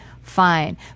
fine